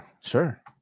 sure